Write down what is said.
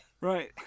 Right